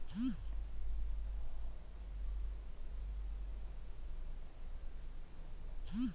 ನೊಂದಾಯಿತ ಶೇರು ಎಂದ್ರೆ ನಿಖರವಾದ ಮಾಲೀಕರ ಹೆಸರಿಗೆ ನೊಂದಾಯಿಸಲಾದ ಸ್ಟಾಕ್ ಆಗಿದೆ